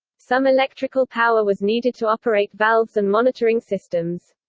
some electrical power was needed to operate valves and monitoring systems.